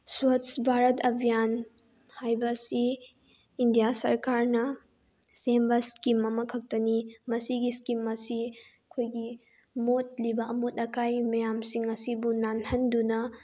ꯁ꯭ꯋꯥꯁ ꯚꯥꯔꯠ ꯑꯕꯤꯌꯥꯟ ꯍꯥꯏꯕꯁꯤ ꯏꯟꯗꯤꯌꯥ ꯁꯔꯀꯥꯔꯅ ꯁꯦꯝꯕ ꯏꯁꯀꯤꯝ ꯑꯃꯈꯛꯇꯅꯤ ꯃꯁꯤꯒꯤ ꯏꯁꯀꯤꯝ ꯑꯁꯤ ꯑꯩꯈꯣꯏꯒꯤ ꯃꯣꯠꯂꯤꯕ ꯑꯃꯣꯠ ꯑꯀꯥꯏ ꯃꯌꯥꯝꯁꯤꯡ ꯑꯁꯤꯕꯨ ꯅꯥꯟꯍꯟꯗꯨꯅ